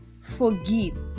forgive